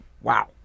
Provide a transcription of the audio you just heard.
wow